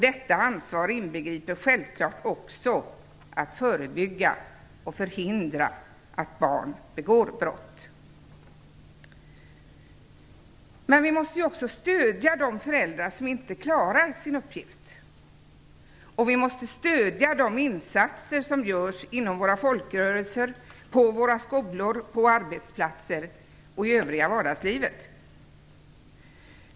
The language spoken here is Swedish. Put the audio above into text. Detta ansvar inbegriper självfallet också att de skall förhindra och förebygga att barn begår brott. Men vi måste också stödja de föräldrar som inte klarar sin uppgift. Och vi måste stödja de insatser som görs inom våra folkrörelser, på våra skolor, på arbetsplatser och i det övriga vardagslivet.